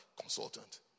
consultant